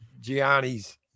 Gianni's